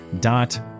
dot